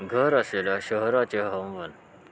घर असलेल्या शहराचे हवामान